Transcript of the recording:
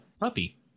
puppy